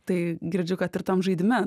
tai girdžiu kad ir tam žaidime